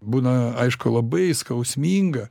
būna aišku labai skausminga